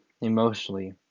emotionally